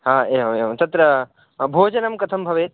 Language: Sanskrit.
हा एवम् एवं तत्र भोजनं कथं भवेत्